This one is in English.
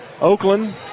Oakland